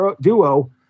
duo